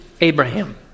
Abraham